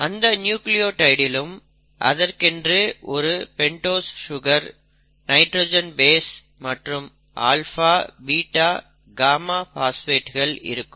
அந்த நியூக்ளியோடைடிலும் அதற்கென ஒரு பெண்டோஸ் சுகர் நைட்ரஜன் பேஸ் மற்றும் ஆல்பா பீட்டா காம்மா பாஸ்பேட்கள் இருக்கும்